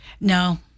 No